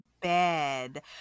bed